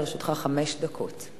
תוגש לשם להמשך הכנתה לחקיקה.